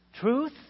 Truth